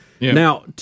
Now